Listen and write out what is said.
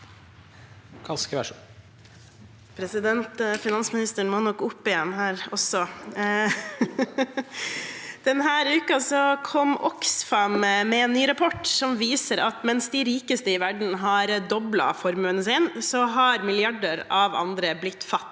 Denne uken kom Oxfam med en ny rapport som viser at mens de rikeste i verden har doblet formuen sin, har milliarder av andre blitt fattigere